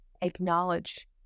acknowledge